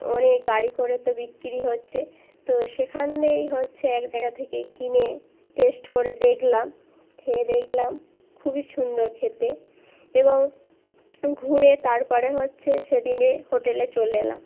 অনেক গাড়ি করে তো বিক্রি হচ্ছে তো সেখান দেই হচ্ছে এক জায়গা থেকে কিনে টেস্ট করে দেখলাম খেয়ে দেখলাম খুবই সুন্দর খেতে এবং ঘুরে তারপরে হচ্ছে সেদিনে হোটেলে চলে না